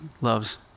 loves